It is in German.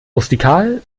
rustikal